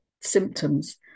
symptoms